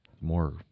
more